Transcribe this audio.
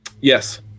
yes